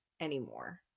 anymore